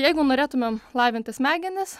jeigu norėtumėm lavinti smegenis